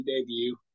debut